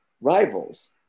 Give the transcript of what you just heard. rivals